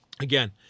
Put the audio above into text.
Again